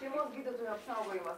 šeimos gydytojų apsaugojimas